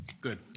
Good